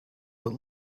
what